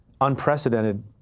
unprecedented